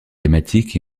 thématiques